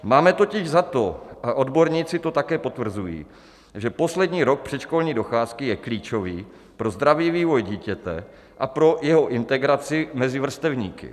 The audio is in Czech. Máme totiž za to, a odborníci to také potvrzují, že poslední rok předškolní docházky je klíčový pro zdravý vývoj dítěte a pro jeho integraci mezi vrstevníky.